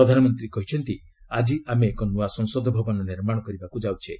ପ୍ରଧାନମନ୍ତ୍ରୀ କହିଛନ୍ତି ଆଜି ଆମେ ଏକ ନୂଆ ସଂସଦ ଭବନ ନିର୍ମାଣ କରିବାକୁ ଯାଉଛେ